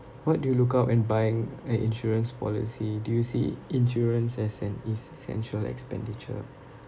what do you look out when buying an insurance policy do you see insurance as an essential expenditure